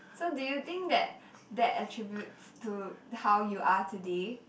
so do you think that that attributes to how you are today